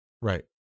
Right